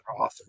author